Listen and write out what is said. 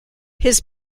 his